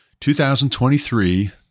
2023